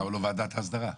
למה לא ועדת הסדרה?